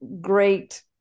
great